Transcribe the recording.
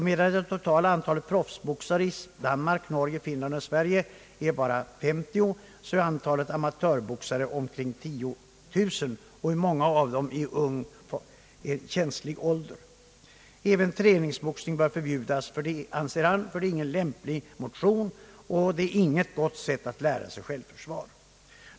Medan det totala antalet proffsboxare i Danmark, Norge, Finland och Sverige bara är 50, är antalet amatörboxare närmare 10 000, många av dem i ung och känslig ålder. Även träningsboxning bör förbjudas, anser riksåklagaren, ty det är ingen lämplig motion och inget gott sätt att lära sig självförsvar.